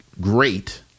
great